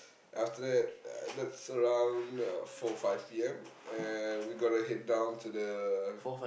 after that uh that's around uh four five P_M and we got to head down to the